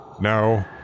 Now